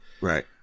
right